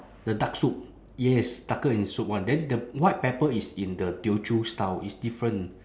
the dark soup yes darker in soup one then the white pepper is in the teochew style it's different